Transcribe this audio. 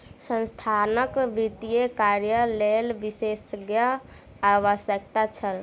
संस्थानक वित्तीय कार्यक लेल विशेषज्ञक आवश्यकता छल